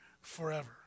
forever